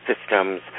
systems